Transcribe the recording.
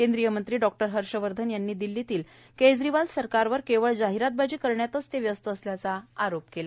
केंद्रीय मंत्री डॉ हर्ष वर्धन यांनी दिल्लीतील केजरीवाल सरकारवर केवळ जाहीरातबाजी करण्यातच व्यस्त असल्याचा आरोप केला